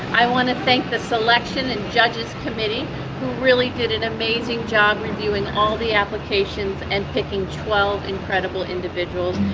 i want to thank the selection and judges committee who really did an amazing job reviewing all the applications and picking twelve incredible individuals,